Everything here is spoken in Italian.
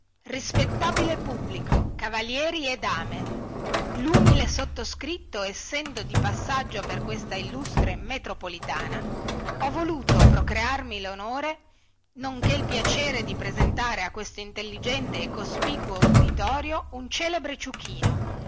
rispettabile pubblico cavalieri e dame lumile sottoscritto essendo di passaggio per questa illustre metropolitana ho voluto procrearmi lonore nonché il piacere di presentare a questo intelligente e cospicuo uditorio un celebre ciuchino